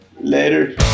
Later